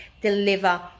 deliver